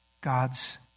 God's